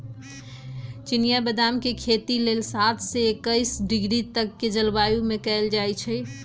चिनियाँ बेदाम के खेती लेल सात से एकइस डिग्री तक के जलवायु में कएल जाइ छइ